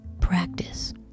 practice